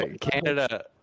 Canada